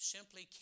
Simply